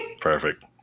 Perfect